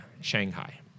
shanghai